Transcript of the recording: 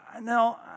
No